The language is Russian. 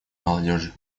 молодежи